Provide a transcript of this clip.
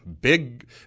Big